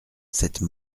cette